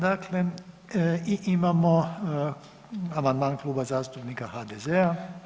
Dakle, i imamo amandman Kluba zastupnika HDZ-a.